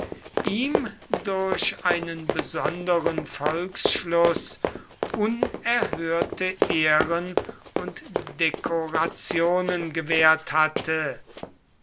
ihm durch einen besonderen volksschluß unerhörte ehren und dekorationen gewährt hatte